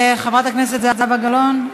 חברת הכנסת זהבה גלאון?